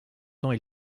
temps